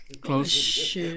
close